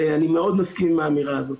אני מאוד מסכים עם האמירה הזאת.